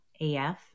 AF